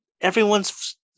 everyone's